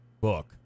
book